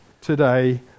today